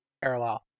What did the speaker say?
parallel